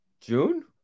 June